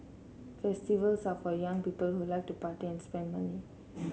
festivals are for young people who like to party and spend money